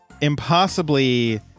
impossibly